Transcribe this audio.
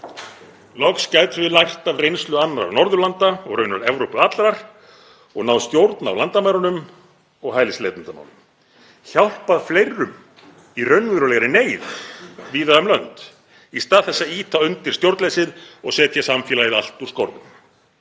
Loks gætum við lært af reynslu annarra Norðurlanda og raunar Evrópu allrar og náð stjórn á landamærunum og hælisleitendamálum, hjálpað fleirum í raunverulegri neyð víða um lönd í stað þess að ýta undir stjórnleysi og setja samfélagið allt úr skorðum.